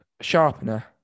Sharpener